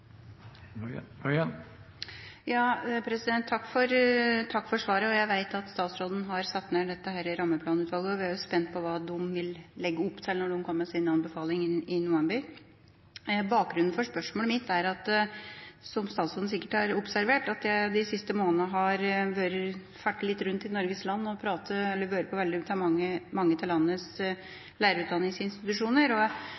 Takk for svaret. Jeg vet at statsråden har satt ned dette rammeplanutvalget, og vi er jo spente på hva de vil legge opp til når de kommer med sin anbefaling i november. Bakgrunnen for spørsmålet mitt er – som statsråden sikkert har observert – at jeg de siste månedene har fartet litt rundt i Norges land og vært på veldig mange av landets lærerutdanningsinstitusjoner, og